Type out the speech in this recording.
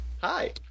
Hi